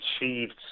achieved